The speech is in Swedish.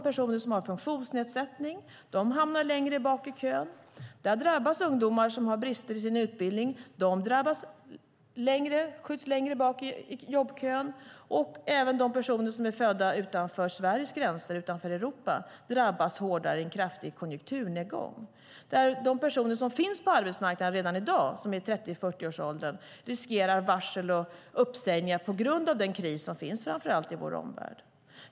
Personer med funktionsnedsättning hamnar längre bak i kön. Ungdomar som har brister i sin utbildning skjuts längre bak i jobbkön. Även personer som är födda utanför Sveriges gränser och utanför Europa drabbas hårdare i en kraftig konjunkturnedgång. Personer som finns på arbetsmarknaden redan i dag och som är i 30-40-årsåldern riskerar varsel och uppsägningar på grund av den kris som finns framför allt i vår omvärld.